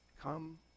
Come